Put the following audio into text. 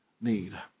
need